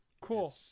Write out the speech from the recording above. Cool